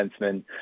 defenseman